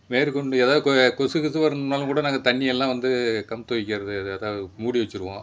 மேற்கொண்டு எதாவது க கொசு கிசு வருன்னாலும் கூட நாங்கள் தண்ணியெல்லாம் வந்து கவுத்து வைக்கிறது மூடி வச்சிடுவோம்